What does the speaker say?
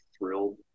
thrilled